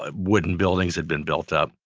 wooden buildings had been built up.